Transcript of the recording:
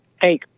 Hey